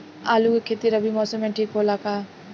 आलू के खेती रबी मौसम में ठीक होला का?